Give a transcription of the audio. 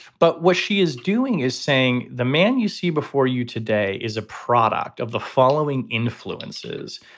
but what she is doing is saying the man you see before you today is a product of the following influences.